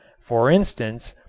for instance,